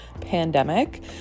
pandemic